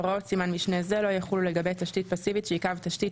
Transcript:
הוראות סימן משנה זה לא יחולו לגבי תשתית פסיבית שהיא קו תשתית